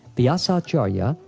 vyasacharya,